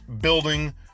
building